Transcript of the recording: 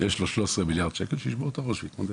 והוא מקבל 13 מיליארד שקל שישבור את הראש ויתמודד.